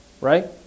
right